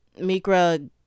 Mikra